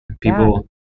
people